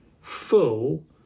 Full